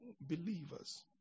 believers